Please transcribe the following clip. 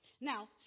Now